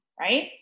right